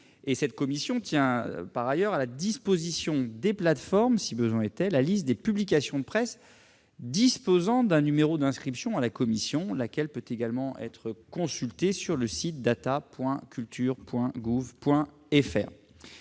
cette commission tient à la disposition des plateformes, en tant que de besoin, la liste des publications de presse disposant d'un numéro d'inscription à la commission, laquelle peut également être consultée sur le site data.culture.gouv.fr.